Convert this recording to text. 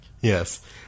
yes